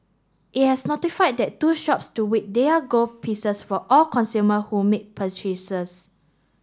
it has notified that two shops to weigh their gold pieces for all consumer who make purchases